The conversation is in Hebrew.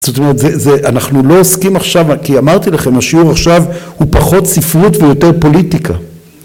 זאת אומרת, אנחנו לא עוסקים עכשיו, כי אמרתי לכם, השיעור עכשיו הוא פחות ספרות ויותר פוליטיקה.